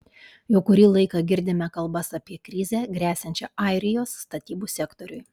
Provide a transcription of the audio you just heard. jau kurį laiką girdime kalbas apie krizę gresiančią airijos statybų sektoriui